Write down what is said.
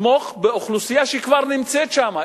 לתמוך באוכלוסייה שכבר נמצאת שם.